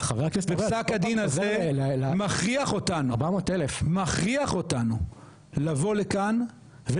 ופסק הדין הזה מכריח אותנו לבוא לכאן,